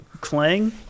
Clang